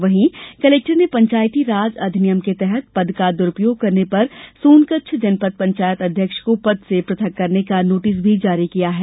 वहीं कलेक्टर ने पंचायतीराज अधिनियम के तहत पद का दुरुपयोग करने पर सोनकच्छ जनपद पंचायत अध्यक्ष को पद से पृथक करने का नोटिस जारी किया है